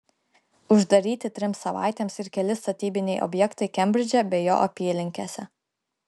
uždaryti trims savaitėms ir keli statybiniai objektai kembridže bei jo apylinkėse